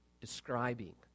describing